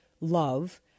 love